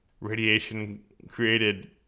radiation-created